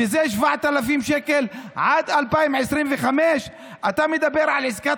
שזה 7,000 שקל עד 2025. אתה מדבר על עסקת